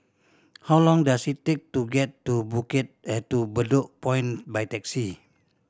how long does it take to get to Bedok Point by taxi